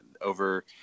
over